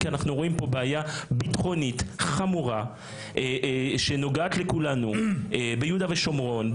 כי אנחנו רואים פה בעיה ביטחונית חמורה שנוגעת לכולנו ביהודה ושומרון,